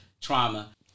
trauma